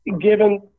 given